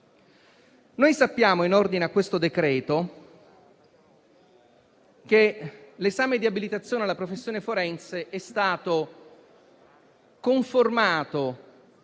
Sappiamo, in ordine a questo decreto-legge, che l'esame di abilitazione alla professione forense è stato conformato